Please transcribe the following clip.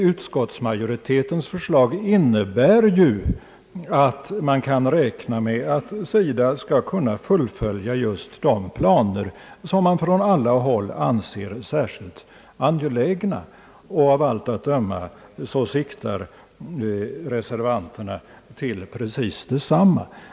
Utskottsmajoritetens förslag innebär ju att man kan räkna med att SIDA skall kunna fullfölja de planer som från olika håll anses särskilt angelägna. Av allt att döma siktar reservanterna till precis detsamma.